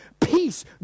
Peace